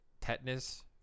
tetanus